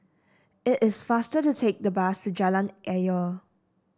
it is faster to take the bus to Jalan Ayer